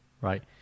right